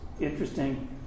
interesting